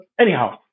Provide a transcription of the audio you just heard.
anyhow